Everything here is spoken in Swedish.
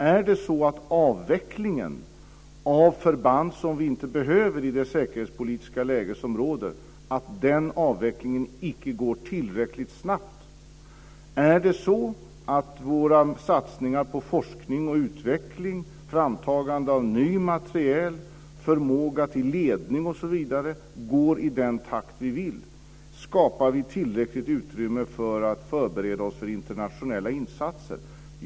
Är det så att avvecklingen av förband som vi inte behöver i det säkerhetspolitiska läge som råder inte går tillräckligt snabbt? Är det så att våra satsningar på forskning och utveckling, framtagande av ny materiel, förmåga till ledning osv. går i den takt vi vill? Skapar vi tillräckligt utrymme för att förbereda oss för internationella insatser?